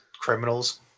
criminals